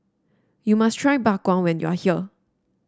you must try Bak Chang when you are here